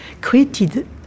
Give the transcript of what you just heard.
created